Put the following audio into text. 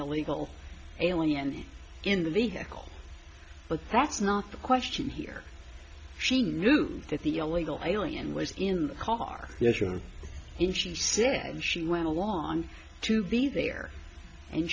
illegal alien in the vehicle but that's not the question here she knew that the illegal alien was in the car yes you're in she said she went along to be there and